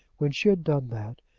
when she had done that,